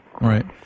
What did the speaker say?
Right